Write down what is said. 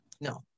no